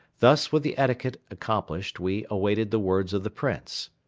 thus with the etiquette accomplished we awaited the words of the prince.